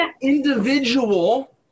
individual